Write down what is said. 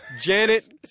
Janet